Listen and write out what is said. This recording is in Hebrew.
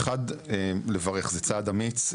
אחד, לברך זה צעד אמיץ.